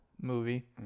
movie